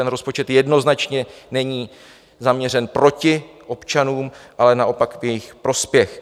Ten rozpočet jednoznačně není zaměřen proti občanům, ale naopak v jejich prospěch.